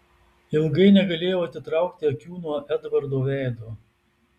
ilgai negalėjau atitraukti akių nuo edvardo veido